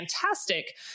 fantastic